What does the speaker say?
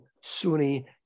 Sunni